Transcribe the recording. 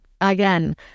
Again